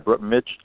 Mitch